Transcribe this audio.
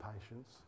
patience